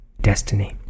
destiny